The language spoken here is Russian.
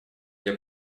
где